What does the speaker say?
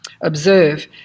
observe